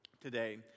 today